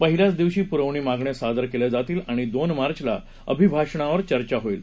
पहिल्याच दिवशी पुरावाणी मागण्या सादर केल्या जातील आणि दोन मार्चला अभिभाषणावर चर्चा होईल